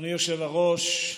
אדוני היושב-ראש,